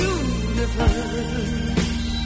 universe